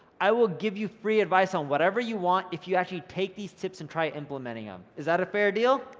i will give you free advice on whatever you want, if you actually take these tips and try implementing them, is that a fair deal?